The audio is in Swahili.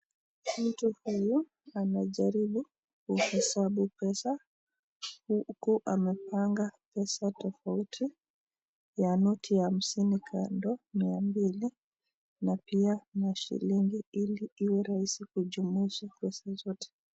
Mtu huyu anajaribu kuhesabu pesa huku amepanga pesa tofauti ya noti ya hamsini kando, mia mbili na pia mashilingi ili iwe rahisi kujumuisha pesa zote.